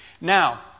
Now